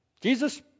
Jesus